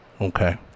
Okay